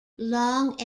long